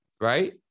right